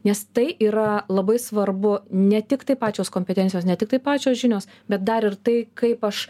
nes tai yra labai svarbu ne tik tai pačios kompetencijos ne tiktai pačios žinios bet dar ir tai kaip aš